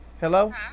Hello